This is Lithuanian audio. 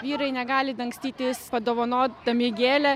vyrai negali dangstytis padovanodami gėlę